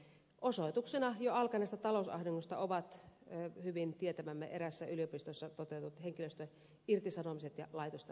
osoituksena jo alkaneesta talousahdingosta ovat hyvin tietämämme eräässä yliopistossa toteutetut henkilöstöirtisanomiset ja laitosten lakkauttamiset